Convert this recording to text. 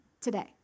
today